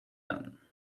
done